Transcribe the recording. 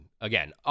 again